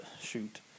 shoot